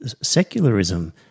Secularism